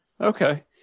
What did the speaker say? Okay